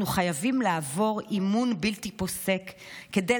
אנחנו חייבים לעבור אימון בלתי פוסק כדי